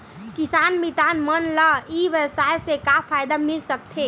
किसान मितान मन ला ई व्यवसाय से का फ़ायदा मिल सकथे?